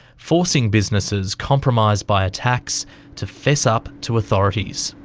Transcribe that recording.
forcing businesses compromised by attacks to fess up to authorities.